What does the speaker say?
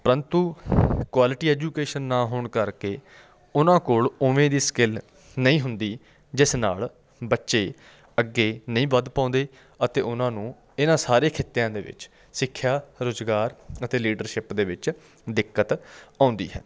ਪਰੰਤੂ quality education ਨਾ ਹੋਣ ਕਰਕੇ ਉਹਨਾਂ ਕੋਲ ਉਵੇਂ ਦੀ ਸਕਿੱਲ ਨਹੀਂ ਹੁੰਦੀ ਜਿਸ ਨਾਲ ਬੱਚੇ ਅੱਗੇ ਨਹੀਂ ਵੱਧ ਪਾਉਂਦੇ ਅਤੇ ਉਹਨਾਂ ਨੂੰ ਇਹਨਾਂ ਸਾਰੇ ਖਿੱਤਿਆਂ ਦੇ ਵਿੱਚ ਸਿੱਖਿਆ ਰੁਜ਼ਗਾਰ ਅਤੇ ਲੀਡਰਸ਼ਿਪ ਦੇ ਵਿੱਚ ਦਿੱਕਤ ਆਉਂਦੀ ਹੈ